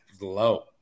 low